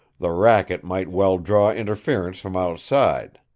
the racket might well draw interference from outside.